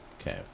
Okay